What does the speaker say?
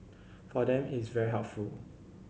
for them it's very helpful